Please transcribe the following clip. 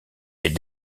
est